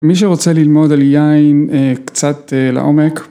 מי שרוצה ללמוד על יין קצת לעומק